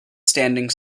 standing